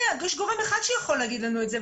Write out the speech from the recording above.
אז יש גורם אחד שיכול להגיד לנו את זה,